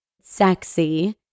sexy